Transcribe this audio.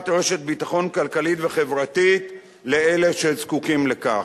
רשת ביטחון כלכלית וחברתית לאלה שזקוקים לכך.